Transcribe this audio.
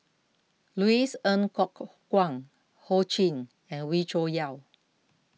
Louis Ng Kok Kwang Ho Ching and Wee Cho Yaw